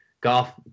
golf